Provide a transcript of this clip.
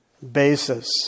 basis